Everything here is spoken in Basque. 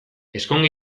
ezkonge